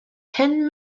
ten